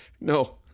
No